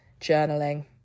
journaling